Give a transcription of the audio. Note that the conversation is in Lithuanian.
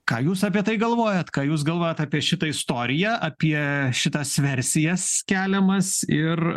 ką jūs apie tai galvojat ką jūs galvojat apie šitą istoriją apie šitas versijas keliamas ir